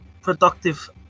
productive